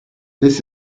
this